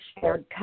shared